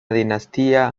dinastía